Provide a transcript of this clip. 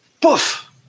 poof